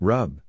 Rub